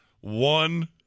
one